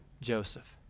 Joseph